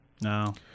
No